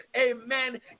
Amen